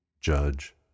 judge